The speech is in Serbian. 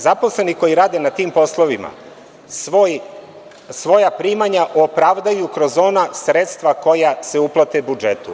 Zaposleni koji rade na tim poslovima, svoja primanja opravdaju kroz ona sredstva koja se uplate budžetu.